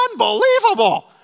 unbelievable